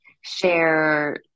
share